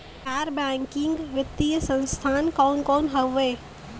गैर बैकिंग वित्तीय संस्थान कौन कौन हउवे?